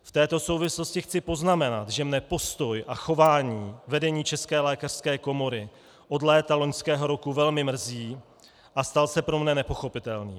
V této souvislosti chci poznamenat, že mne postoj a chování vedení České lékařské komory od léta loňského roku velmi mrzí a stal se pro mne nepochopitelným.